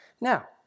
Now